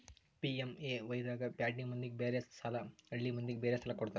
PMAY ದಾಗ ಪ್ಯಾಟಿ ಮಂದಿಗ ಬೇರೆ ಸಾಲ ಹಳ್ಳಿ ಮಂದಿಗೆ ಬೇರೆ ಸಾಲ ಕೊಡ್ತಾರ